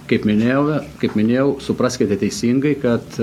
kaip minėjau kaip minėjau supraskite teisingai kad